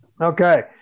okay